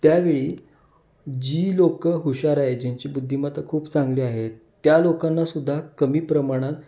त्यावेळी जी लोकं हुशार आहे ज्यांची बुद्धिमत्ता खूप चांगली आहे त्या लोकांना सुद्धा कमी प्रमाणात